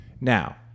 Now